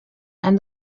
and